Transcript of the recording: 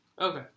Okay